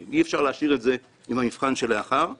ואי-אפשר להשאיר זאת למבחן שלאחר מעשה.